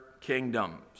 kingdoms